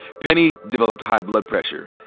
penny developed high blood pressure.